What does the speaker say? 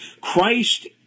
Christ